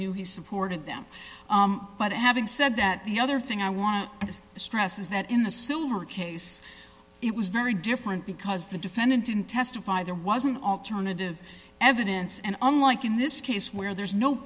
knew he supported them but having said that the other thing i want to stress is that in the sooner a case it was very different because the defendant didn't testify there was an alternative evidence and unlike in this case where there's no